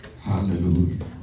Hallelujah